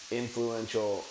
influential